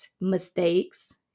mistakes